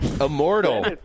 immortal